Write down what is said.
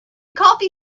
coffee